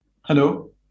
Hello